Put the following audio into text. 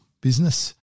business